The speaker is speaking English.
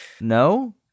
No